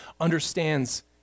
understands